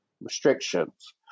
restrictions